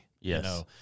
Yes